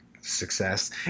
success